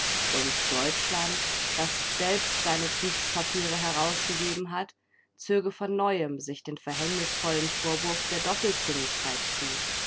und deutschland das selbst seine kriegspapiere herausgegeben hat zöge von neuem sich den verhängnisvollen vorwurf der doppelzüngigkeit zu